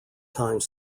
time